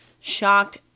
shocked